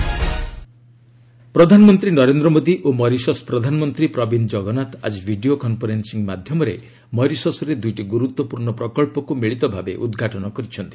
PM Mauritius project ପ୍ରଧାନମନ୍ତ୍ରୀ ନରେନ୍ଦ୍ର ମୋଦୀ ଓ Mauritius ପ୍ରଧାନମନ୍ତ୍ରୀ ପ୍ରବିନ୍ଦ ଜଗନ୍ନାଥ ଆକି ଭିଡ଼ିଓ କନ୍ଫରେନ୍ବିଂ ମାଧ୍ୟରେ ମରିସସ୍ରେ ଦୁଇଟି ଗୁରୁତ୍ୱପୂର୍ଣ୍ଣ ପ୍ରକଳ୍ପକୁ ମିଳିତ ଭାବେ ଉଦ୍ଘାଟନ କରିଛନ୍ତି